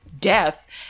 death